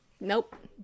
nope